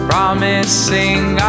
promising